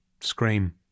scream